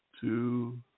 two